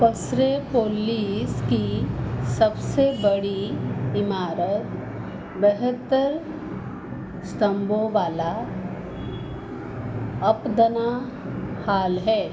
पसरे पोलिस की सबसे बड़ी इमारत बहत्तर स्तंभों वाला अपदना हॉल है